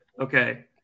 Okay